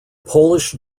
polish